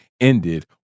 ended